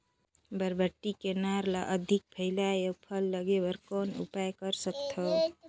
बरबट्टी के नार ल अधिक फैलाय अउ फल लागे बर कौन उपाय कर सकथव?